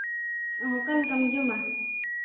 ᱚ ᱚᱠᱟ ᱞᱮᱠᱟᱢ ᱡᱚᱢᱟ